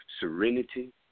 serenity